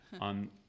on